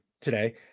today